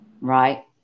Right